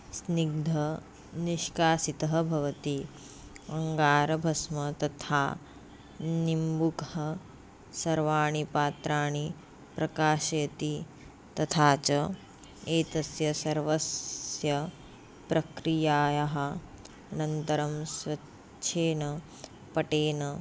स्निग्धः निष्कासितः भवति अङ्गारभस्म तथा निम्बुकः सर्वाणि पात्राणि प्रकाशयति तथा च एतस्य सर्वस्य प्रक्रियायाः अनन्तरं स्वच्छेन पटेन